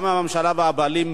הממשלה והבעלים,